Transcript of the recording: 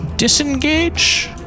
Disengage